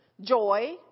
joy